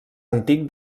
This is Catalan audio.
antic